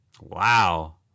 Wow